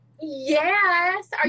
yes